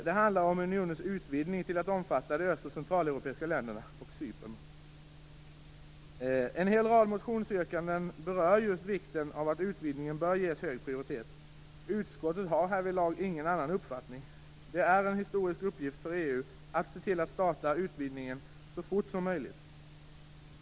Det handlar om unionens utvidgning till att omfatta de öst och centraleuropeiska länderna samt Cypern. En rad motionsyrkanden berör just vikten av att utvidgningen bör ges hög prioritet. Utskottet har härvidlag ingen annan uppfattning. Det är en historisk uppgift för EU att se till att utvidgningen startar så fort som möjligt.